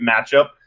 matchup